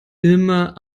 immer